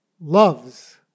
loves